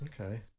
Okay